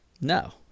No